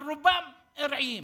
אבל רובם ארעיים.